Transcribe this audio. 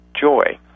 joy